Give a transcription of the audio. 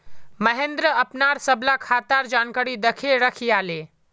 महेंद्र अपनार सबला खातार जानकारी दखे रखयाले